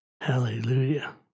Hallelujah